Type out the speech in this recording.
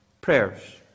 prayers